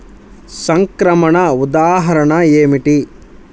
సంక్రమణ ఉదాహరణ ఏమిటి?